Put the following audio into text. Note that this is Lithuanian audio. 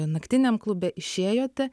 naktiniam klube išėjote